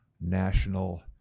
national